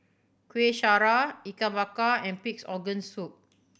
Kueh Syara Ikan Bakar and Pig's Organ Soup